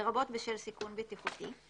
לרבות בשל סיכון בטיחותי,